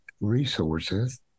resources